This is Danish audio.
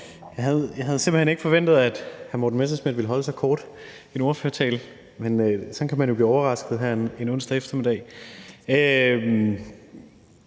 Jeg havde simpelt hen ikke forventet, at hr. Morten Messerschmidt ville holde så kort en ordførertale, men sådan kan man jo blive overrasket her en onsdag eftermiddag.